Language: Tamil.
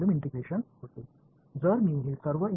எனவே இது ஒரு ஆக இருந்தது அது கொள்ளளவு ஒருங்கிணைப்பு